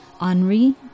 Henri